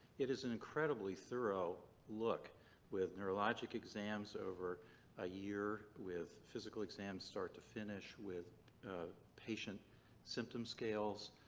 it is an incredibly thorough look with neurologic exams over a year, with physical exams start to finish, with patient symptom scales